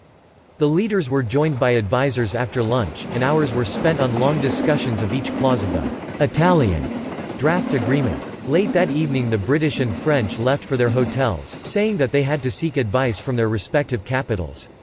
the leaders were joined by advisers after lunch, and hours were spent on long discussions of each clause of the italian draft agreement. late that evening the british and french left for their hotels, saying that they had to seek advice from their respective capitals.